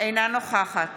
אינה נוכחת